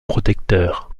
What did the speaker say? protecteur